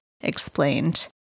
explained